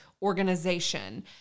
organization